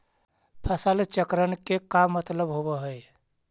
फसल चक्र न के का मतलब होब है?